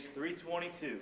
322